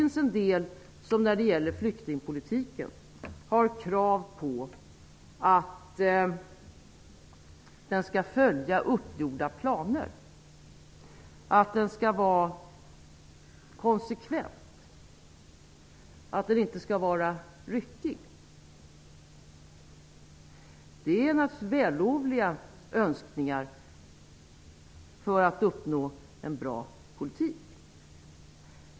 När det gäller flyktingpolitiken finns det en del som har krav på att den skall följa uppgjorda planer, att den skall vara konsekvent och att den inte skall vara ryckig. Det är naturligtvis vällovliga önskningar för att man skall få en bra politik.